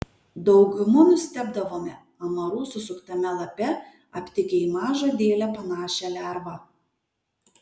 dauguma nustebdavome amarų susuktame lape aptikę į mažą dėlę panašią lervą